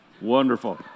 Wonderful